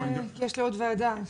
יש לי עוד ישיבת ועדה.